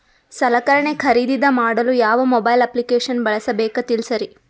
ಸಲಕರಣೆ ಖರದಿದ ಮಾಡಲು ಯಾವ ಮೊಬೈಲ್ ಅಪ್ಲಿಕೇಶನ್ ಬಳಸಬೇಕ ತಿಲ್ಸರಿ?